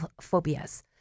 phobias